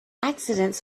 accidents